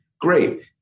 great